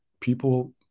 people